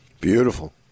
Beautiful